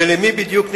ולמי בדיוק,